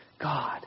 God